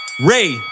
Ray